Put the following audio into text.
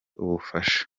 ubufasha